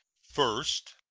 first.